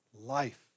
life